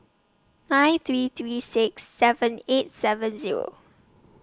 nine three three six seven eight seven Zero